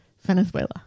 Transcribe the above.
Venezuela